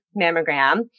mammogram